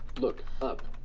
look up.